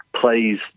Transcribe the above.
plays